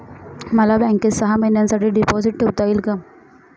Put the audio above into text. मला बँकेत सहा महिन्यांसाठी डिपॉझिट ठेवता येईल का?